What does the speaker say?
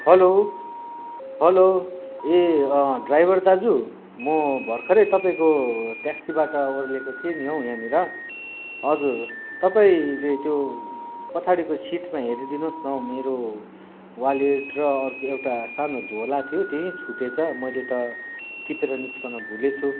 hello hello ए अँ driver दाजु म भर्खरै तपाईँको ट्याक्सीबाट ओर्लेको थिएँ नि हौ यहाँनिर हजुर तपाईँले त्यो पछाडिको सीटमा हेरिदिनोस् न हौ मेरो वालेट र अर्को एउटा सानो झोला थियो त्यही छुटेछ मैले त टिपेर निस्कन भुलेछु